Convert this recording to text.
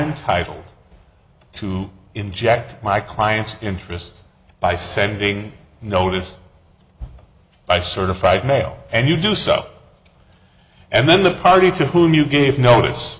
entitled to inject my client's interests by sending noticed by certified mail and you do so and then the party to whom you gave notice